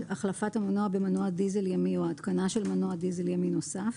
החלפת המנוע במנוע דיזל ימי או התקנה של מנוע דיזל ימי נוסף,